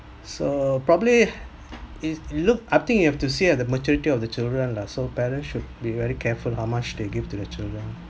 so probably is look I think you have to see the maturity of the children lah so parents should be very careful how much they give to their children